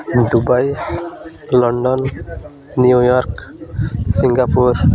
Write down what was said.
Dubai London New York Singapore